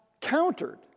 countered